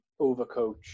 overcoach